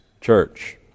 church